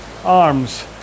Arms